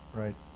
right